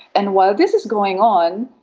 and while this is going on,